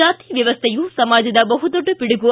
ಜಾತಿ ವ್ಯವಸ್ಥೆಯು ಸಮಾಜದ ಬಹುದೊಡ್ಡ ಪಿಡುಗು